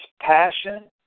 passion